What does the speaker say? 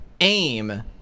aim